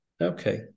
okay